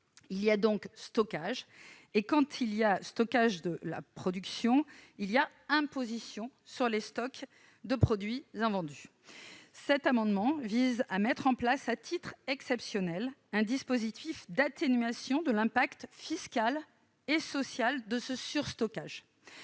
Il y a donc stockage et, quand il y a stockage de la production, il y a imposition sur les stocks de produits invendus. Cet amendement vise à mettre en place, à titre exceptionnel, un dispositif d'atténuation de l'impact fiscal et social de ce « surstockage